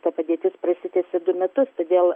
ta padėtis prasitęsė du metus todėl